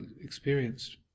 experienced